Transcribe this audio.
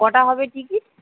কটা হবে টিকিট